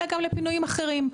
אלא גם לפינויים אחרים.